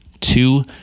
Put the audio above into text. two